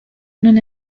non